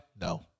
No